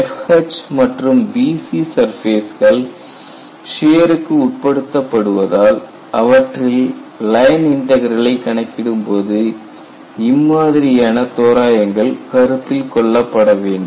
FH மற்றும் BC சர்ஃபேஸ்கள் சியருக்கு உட்படுத்தப்படுவதால் அவற்றில் லைன் இன்டக்ரலை கணக்கிடும் போது இம்மாதிரியான தோராயங்கள் கருத்தில் கொள்ளப்பட வேண்டும்